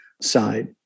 side